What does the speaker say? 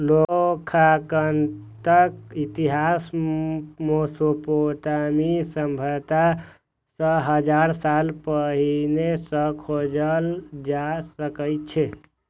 लेखांकनक इतिहास मोसोपोटामिया सभ्यता सं हजार साल पहिने सं खोजल जा सकै छै